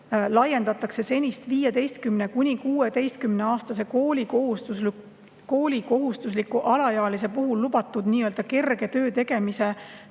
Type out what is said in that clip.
Laiendatakse senist 15–16-aastase koolikohustusliku alaealise puhul lubatud nii-öelda kerge töö tegemise